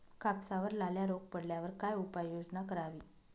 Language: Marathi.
कापसावर लाल्या रोग पडल्यावर काय उपाययोजना करावी?